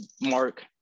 mark